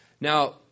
Now